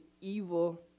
evil